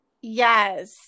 Yes